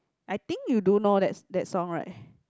I think you do know that that song right